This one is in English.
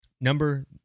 Number